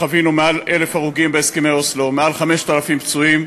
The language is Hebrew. וחווינו יותר מ-1,000 הרוגים בהסכמי אוסלו ויותר מ-5,000 פצועים.